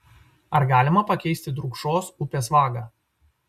ar galima pakeisti drūkšos upės vagą